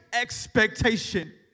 expectation